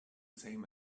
same